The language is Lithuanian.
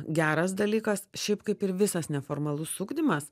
geras dalykas šiaip kaip ir visas neformalus ugdymas